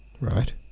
right